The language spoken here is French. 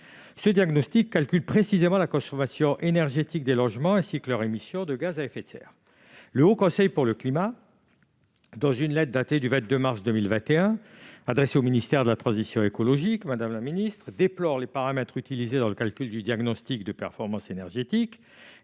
Le diagnostic calcule précisément la consommation énergétique des logements, ainsi que leurs émissions de gaz à effet de serre. Le Haut Conseil pour le climat, dans une lettre datée du 22 mars 2021 adressée au ministère de la transition écologique, déplore les paramètres utilisés dans le calcul du diagnostic de performance énergétique,